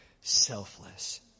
selfless